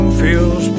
feels